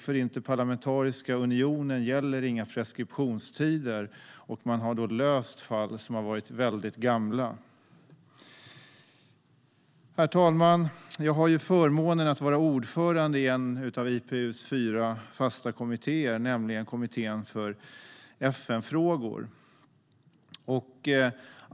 För Interparlamentariska unionen gäller inga preskriptionstider, så man har löst fall som har varit väldigt gamla. Herr talman! Jag har förmånen att vara ordförande i en av IPU:s fyra fasta kommittéer, nämligen Kommittén för FN-frågor.